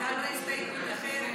הייתה לו הסתייגות אחרת.